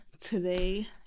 today